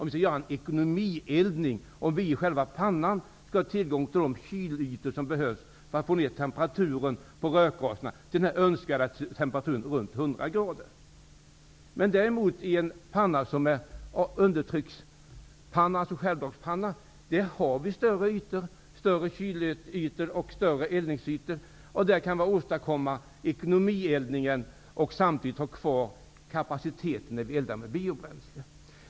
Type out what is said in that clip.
Vid en ekonomieldning måste man i själva värmepannan ha tillgång till de kylytor som behövs för att få ned temperaturen på rökgaserna till önskvärda 100 grader. I en undertryckspanna, dvs. en självdragspanna, finns det däremot större kylytor och större eldningsytor. Därmed kan man åstadkomma ekonomieldning och samtidigt ha kvar möjligheten att elda med biobränslen.